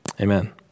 amen